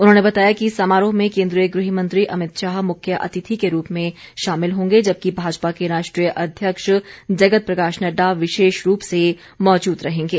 उन्होंने बताया कि समारोह में केन्द्रीय गृह मंत्री अमित शाह मुख्य अतिथि के रूप में शामिल होंगे जबकि भाजपा के राष्ट्रीय अध्यक्ष जगत प्रकाश नड़डा विशेष रूप से मौजूद रहेंगे